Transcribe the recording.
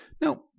Now